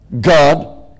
God